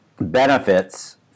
benefits